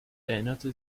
erinnerte